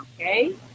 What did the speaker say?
okay